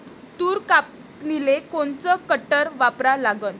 तूर कापनीले कोनचं कटर वापरा लागन?